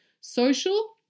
social